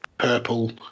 purple